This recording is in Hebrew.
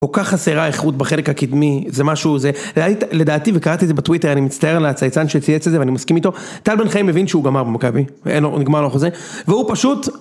כל כך חסרה איכות בחלק הקדמי, זה משהו זה, לדעתי וקראתי את זה בטוויטר, אני מצטער על הצייצן שצייץ את זה ואני מסכים איתו, טל בן חיים מבין שהוא גמר במכבי, נגמר לו החוזה, והוא פשוט...